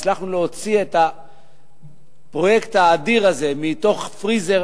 הצלחנו להוציא את הפרויקט האדיר הזה מתוך פריזר